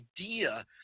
idea